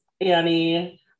Annie